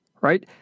right